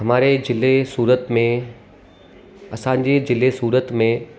हमारे ज़िले सूरत में असांजी ज़िले सूरत में